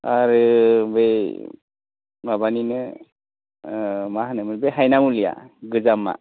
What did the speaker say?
आरो बै माबानिनो माहोनोमोन बै हायना मुलिया गोजामा